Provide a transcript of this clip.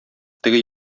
теге